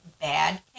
bad